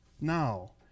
Now